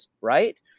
right